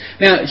now